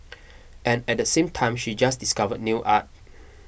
and at the same time she just discovered nail art